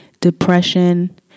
depression